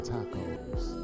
Tacos